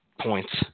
points